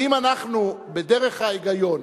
ואם אנחנו, בדרך ההיגיון,